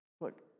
Look